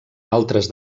altres